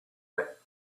were